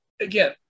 again